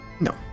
No